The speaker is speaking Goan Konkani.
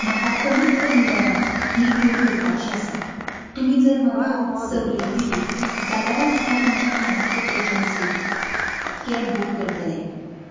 म्हाका कमींत कमी दरांत हो टूर करपाची आसा तुमी जर म्हाका सवलत दिली जाल्यारच हांव तुमच्या ट्रान्स्पोर्ट एजंसीची कॅब बूक करतलें